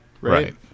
Right